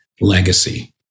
legacy